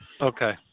Okay